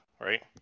right